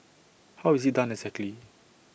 how is IT done exactly